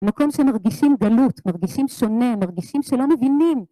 מקום שמרגישים גלות, מרגישים שונה, מרגישים שלא מבינים.